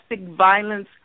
violence